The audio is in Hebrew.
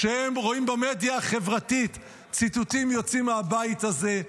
כשהם רואים במדיה החברתית ציטוטים יוצאים מהבית הזה,